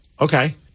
Okay